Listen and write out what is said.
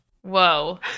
Whoa